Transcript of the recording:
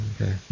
Okay